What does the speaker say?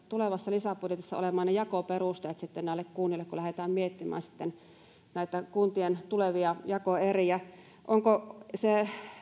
lisäbudjetissa olemaan jakoperusteet kunnille kun lähdetään miettimään näitä kuntien tulevia jakoeriä onko se